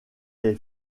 est